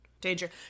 danger